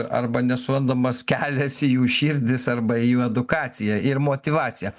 arba nesurandamas kelias į jų širdis arba į jų edukaciją ir motyvaciją